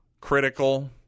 critical